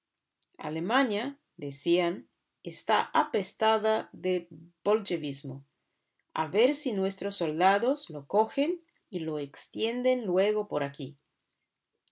se alarmaron alemania decían está apestada de bolchevismo a ver si nuestros soldados lo cogen y lo extienden luego por aquí